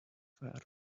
fair